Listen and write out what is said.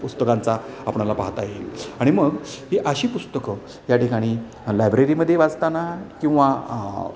पुस्तकांचा आपणाला पाहता येईल आणि मग हि अशी पुस्तकं या ठिकाणी लायब्ररीमध्ये वाचताना किंवा